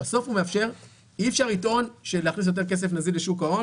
אי אפשר לטעון שלהכניס יותר כסף נזיל לשוק ההון